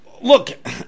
Look